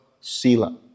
sila